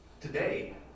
Today